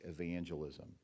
evangelism